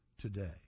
today